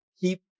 Keep